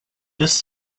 this